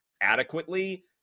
adequately